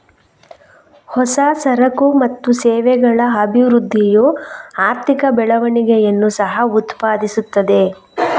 ಹೊಸ ಸರಕು ಮತ್ತು ಸೇವೆಗಳ ಅಭಿವೃದ್ಧಿಯು ಆರ್ಥಿಕ ಬೆಳವಣಿಗೆಯನ್ನು ಸಹ ಉತ್ಪಾದಿಸುತ್ತದೆ